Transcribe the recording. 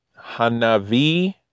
hanavi